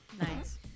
Nice